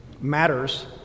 matters